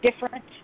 different